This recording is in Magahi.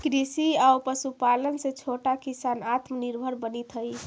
कृषि आउ पशुपालन से छोटा किसान आत्मनिर्भर बनित हइ